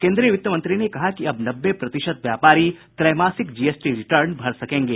केन्द्रीय वित्त मंत्री ने कहा कि अब नब्बे प्रतिशत व्यापारी त्रैमासिक जी एस टी रिटर्न भर सकेंगे